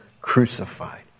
crucified